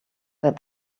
that